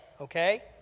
Okay